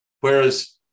Whereas